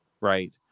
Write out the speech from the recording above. Right